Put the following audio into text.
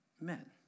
men